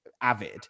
avid